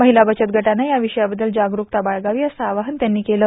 महिला बचतगटानं या विषयाबद्दल जागरूकता बाळगावी असं आवाहन ही त्यांनी यावेळी केलं